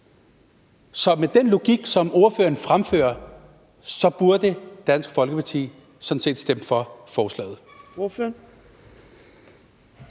Så med den logik, som ordføreren fremfører, burde Dansk Folkeparti sådan set stemme for forslaget.